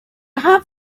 have